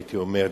הייתי אומר,